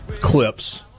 clips